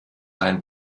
rein